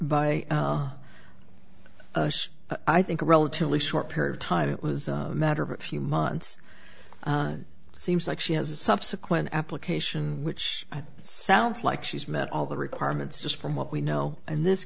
by i think a relatively short period of time it was a matter of a few months seems like she has a subsequent application which sounds like she's met all the requirements just from what we know and this